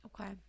Okay